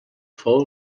fou